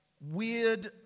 weird